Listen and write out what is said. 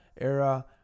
era